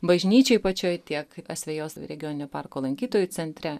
bažnyčiai pačioj tiek asvejos regioninio parko lankytojų centre